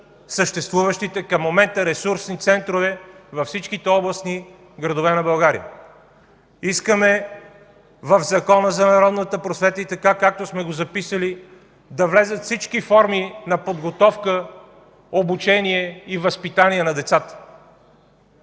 съществуващите към момента ресурсни центрове във всички областни градове на България. Искаме в Закона за народната просвета и така, както сме го записали, да влязат всички форми на подготовка, обучение и възпитание на децата.